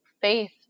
faith